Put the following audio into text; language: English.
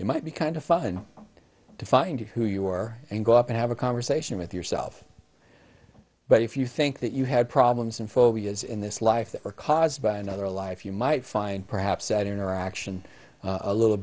it might be kind of fun to find out who you are and go up and have a conversation with yourself but if you think that you had problems and phobias in this life that were caused by another life you might find perhaps that interaction a little